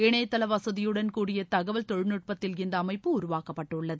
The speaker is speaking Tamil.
இணையதள வசதியுடன் கூடிய தகவல் தொழில்நட்பத்தில் இந்த அமைப்பு உருவாக்கப்பட்டுள்ளது